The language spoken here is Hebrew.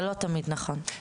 זה לא תמיד נכון.